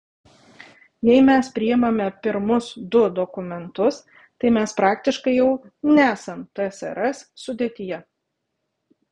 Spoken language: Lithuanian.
jei mes priimame pirmus du dokumentus tai mes praktiškai jau nesam tsrs sudėtyje